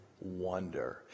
wonder